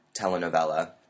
telenovela